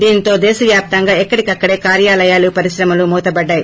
దీనితో దేశవ్యాప్తంగా ఎక్కడికక్కడే కార్యాలయాలు పరిశ్రమలు మూతబడ్డాయి